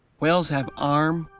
whales have arm,